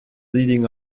leading